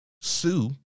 Sue